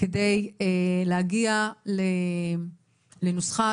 כדי להגיע לנוסחה